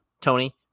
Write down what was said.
Tony